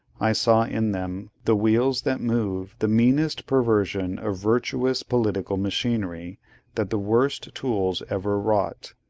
i saw in them, the wheels that move the meanest perversion of virtuous political machinery that the worst tools ever wrought.